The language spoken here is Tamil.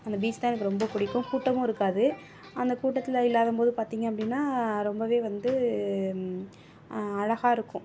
அந்த பீச் தான் எனக்கு ரொம்ப பிடிக்கும் கூட்டமும் இருக்காது அந்த கூட்டத்தில் இல்லாதபோது பார்த்தீங்க அப்படின்னா ரொம்பவே வந்து அழகாக இருக்கும்